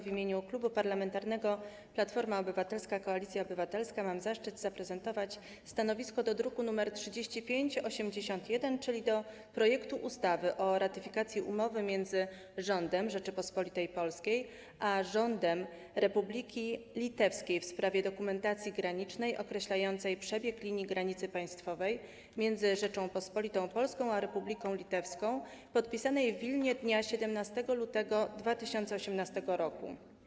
W imieniu Klubu Parlamentarnego Platforma Obywatelska - Koalicja Obywatelska mam zaszczyt zaprezentować stanowisko wobec druku nr 3581, czyli wobec projektu ustawy o ratyfikacji umowy między Rządem Rzeczypospolitej Polskiej a Rządem Republiki Litewskiej w sprawie dokumentacji granicznej określającej przebieg linii granicy państwowej między Rzecząpospolitą Polską a Republiką Litewską, podpisanej w Wilnie dnia 17 lutego 2018 r.